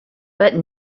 but